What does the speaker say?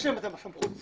יש להם את הסמכות הזאת.